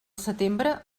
setembre